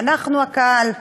ואנחנו הקהל.